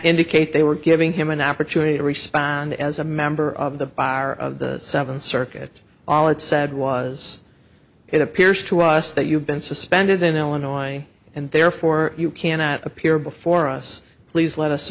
indicate they were giving him an opportunity to respond as a member of the bar of the seventh circuit all it said was it appears to us that you've been suspended in illinois and therefore you cannot appear before us please let us